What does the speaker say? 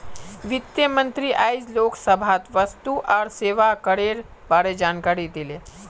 वित्त मंत्री आइज लोकसभात वस्तु और सेवा करेर बारे जानकारी दिले